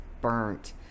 burnt